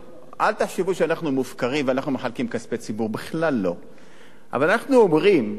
זה פשוט לא ייאמן.